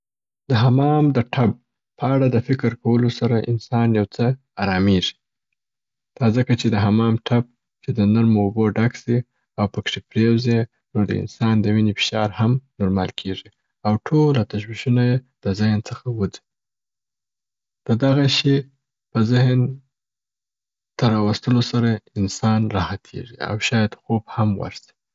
د حمام د ټب په اړه د فکر کولو سره انسان یو څه ارامیږي. دا ځکه چې د حمام ټب چې د نرمو اوبو ډک سي او پکښې پریوزي نو د انسان د ویني فشار هم نورمال کیږي او ټوله تشویشونه یې د ذهن څخه وځي. د دغه شي په ذهن ته را وستلو سره انسان راحتیږي، او شاید خوب هم ورسي.